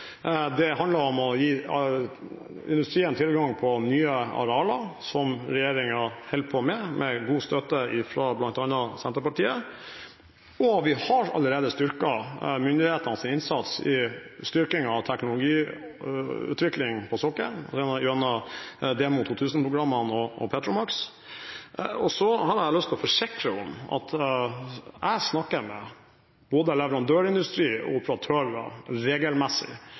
Det handler om å gi industrien tilgang på nye arealer, som regjeringen holder på med, med god støtte fra bl.a. Senterpartiet. Og vi har allerede styrket myndighetenes innsats for styrking av teknologiutvikling på sokkelen gjennom DEMO 2000-programmene og PETROMAKS. Så har jeg lyst til å forsikre om at jeg snakker med både leverandørindustri og operatører regelmessig.